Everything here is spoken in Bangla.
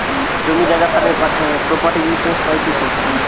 জমি জায়গা থাকলে প্রপার্টি ইন্সুরেন্স পাইতিছে